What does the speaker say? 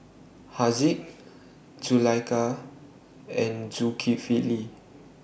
Haziq Zulaikha and Zulkifli